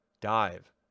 Dive